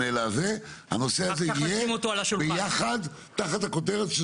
הנושא הזה יהיה ביחד תחת הכותרת של